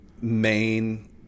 main